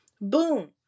Boom